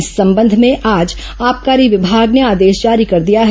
इस संबंध में आज आबकारी विभाग ने आदेश जारी कर दिया है